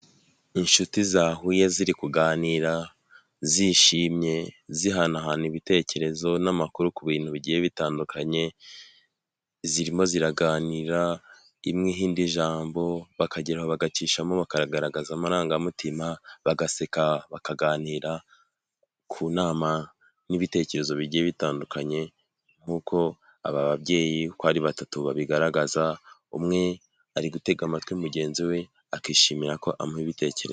Inshuti zahuye ziri kuganira zishimye zihanahana ibitekerezo n'amakuru ku bintu bigiye bitandukanye, zirimo ziraganira imwe iha indi ijambo bakageraho bagacishamo bakagaragaza amarangamutima bagaseka bakaganira ku nama n'ibitekerezo bigiye bitandukanye nk'uko aba babyeyi uko ari batatu babigaragaza umwe ari gutega amatwi mugenzi we akishimira ko amuha ibitekerezo.